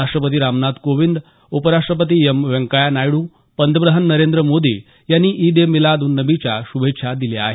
राष्ट्रपती रामनाथ कोविंद उपराष्ट्रपती एम व्यंकया नायडू पंतप्रधान नरेंद्र मोदी यांनी ईद ए मिलाद उन नबीच्या शुभेच्छा दिल्या आहेत